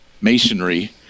masonry